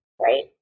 right